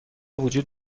وجود